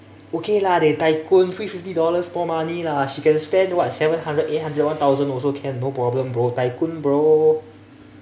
okay lah they tycoon free fifty dollars small money lah she can spend what seven hundred eight hundred one thousand also can no problem bro tycoon bro